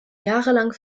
jahrelang